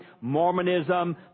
Mormonism